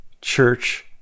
church